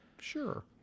Sure